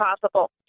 possible